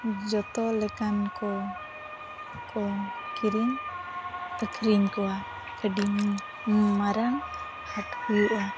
ᱡᱚᱛᱚ ᱞᱮᱠᱟᱱ ᱠᱚ ᱠᱚ ᱠᱤᱨᱤᱧ ᱟᱠᱷᱨᱤᱧ ᱠᱚᱣᱟ ᱟᱹᱰᱤ ᱢᱟᱨᱟᱝ ᱦᱟᱴ ᱦᱩᱭᱩᱜᱼᱟ